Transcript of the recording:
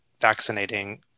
vaccinating